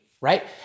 right